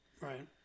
Right